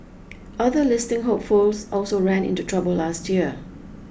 other listing hopefuls also ran into trouble last year